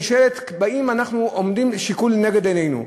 נשאלת השאלה, מה השיקול העומד לנגד עינינו?